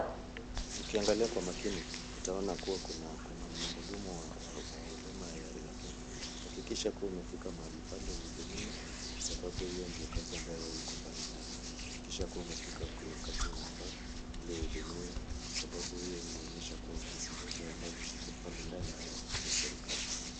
Ukiangalia kwa makini utaona kuwa kuna mhudumu wa Huduma ya Kenya, hakikisha kuwa umefika mahali pale uhudumiwe, kwa sababu hiyo ndiyo kazi ambayo iko pale ndani, hakikisha kuwa umefika kwa wakati unafaa ili uhudumiwe, kwa sababu hiyo inaonyesha kuwa ofisi zote ambazo ziko pale ndani ni za serikali.